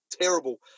Terrible